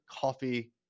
coffee